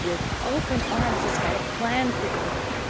with open, arms he's got a plan for your life,